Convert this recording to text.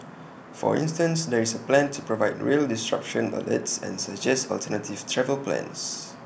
for instance there is A plan to provide rail disruption alerts and suggest alternative travel plans